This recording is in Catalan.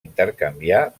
intercanviar